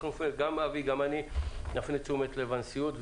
גם חבר הכנסת דיכטר וגם אני נפנה את תשומת לב הנשיאות,